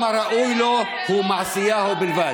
ואתה בא אליהם בטענות.